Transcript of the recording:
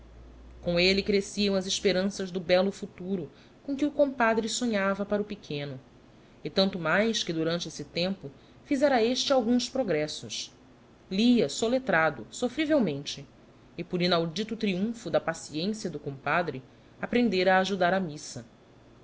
com elle cresciam as esperanças do bello futuro cora que p compadre sonhava para o pequeno e tanto digiti zedby google mais que durante esse tempo fizera este alguns progressos lia soletrado sofli ivelmente e por inaudito triumpho da paciência do compadre aprendera a ajudar a missa